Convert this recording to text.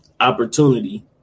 opportunity